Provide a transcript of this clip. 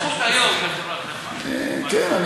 כן,